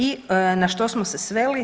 I na što smo se sveli?